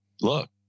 look